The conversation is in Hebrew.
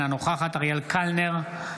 אינה נוכחת אריאל קלנר,